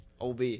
OB